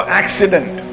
accident